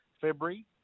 February